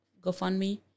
GoFundMe